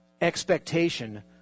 expectation